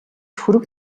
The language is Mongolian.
хөрөг